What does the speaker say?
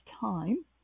time